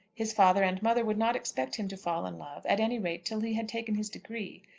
his father and mother would not expect him to fall in love, at any rate till he had taken his degree.